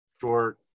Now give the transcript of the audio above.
short